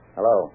Hello